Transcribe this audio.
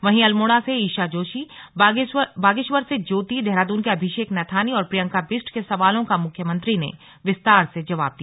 वहीं अल्मोड़ा से ईशा जोशी बागेश्वर से ज्योति देहरादून के अभिषेक नैथानी और प्रियंका बिष्ट के सवालों का मुख्यमंत्री ने विस्तार से जवाब दिया